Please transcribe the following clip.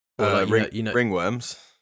Ringworms